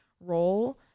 role